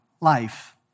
life